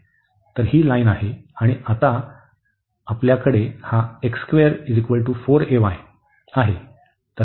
तर ही लाईन आहे आणि आता आपल्याकडे हा 4ay आहे